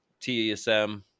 TSM